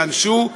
ייענשו,